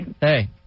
Hey